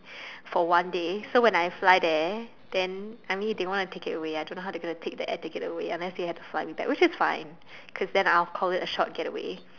for one day so when I fly there then I mean they want to take it away I don't know how to they gonna take the air ticket away unless they had to fly me back which is fine cause then I will call it a short get away